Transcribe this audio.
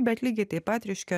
bet lygiai taip pat reiškia